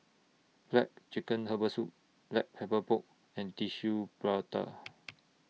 Black Chicken Herbal Soup Black Pepper Pork and Tissue Prata